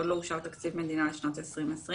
עוד לא אושר תקציב מדינה לשנת 2020,